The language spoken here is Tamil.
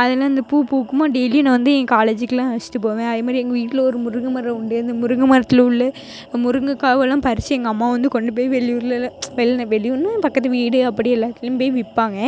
அதில் இந்த பூ பூக்குமா டெய்லியும் நான் வந்து என் காலேஜிக்குலாம் வச்சிட்டு போவேன் அதே மாதிரி எங்கள் வீட்டில் ஒரு முருங்கை மரம் உண்டு அந்த முருங்கை மரத்தில் உள்ள முருங்கக்காவெல்லாம் பறித்து எங்கள் அம்மா வந்து கொண்டு வெளியூர்லெலாம் வெளியேன வெளியூர்னா பக்கத்து வீடு அப்படி எல்லா இடத்துலேயும் போய் விற்பாங்க